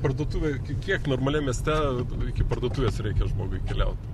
parduotuvėj kiek normaliai mieste iki parduotuvės reikia žmogui keliaut